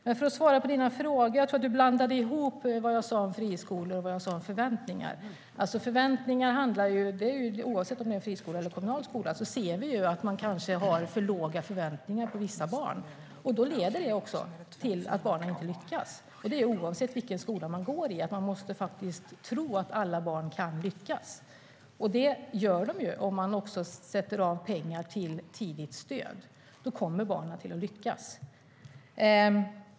Men för att svara på dina frågor, Ulrika Carlsson: Jag tror att du blandade ihop vad jag sa om friskolor och vad jag sa om förväntningar. Oavsett om det handlar om friskolor eller kommunala skolor ser vi att man har för låga förväntningar på vissa barn. Det leder också till att barnen inte lyckas. Oavsett vilken skola de går i måste man faktiskt tro att alla barn kan lyckas. Det gör de om man också sätter av pengar till tidigt stöd. Då kommer barnen att lyckas.